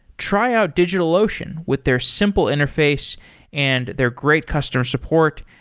try out digitalocean with their simple interface and their great customer support,